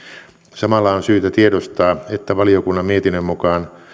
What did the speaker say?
samalla on syytä tiedostaa että valiokunnan mietinnön mukaan